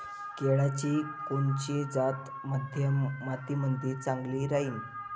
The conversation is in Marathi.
केळाची कोनची जात मध्यम मातीमंदी चांगली राहिन?